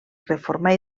reformar